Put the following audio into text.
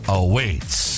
awaits